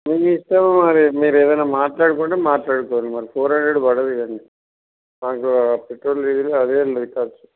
మీ ఇష్టం మరి మీరు ఏదన్న మాట్లాడుకుంటే మాట్లాడుకోండి మళ్ళా ఫోర్ హండ్రెడ్ పడదు కానీ మాకు పెట్రోల్ డీజిల్కి అదే ఉంది ఖర్చు